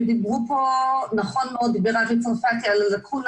ודיבר פה נכון מאוד אבי צרפתי על הלקונה